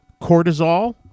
cortisol